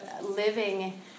living